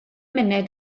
munud